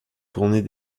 tourner